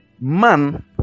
man